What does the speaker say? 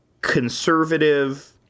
conservative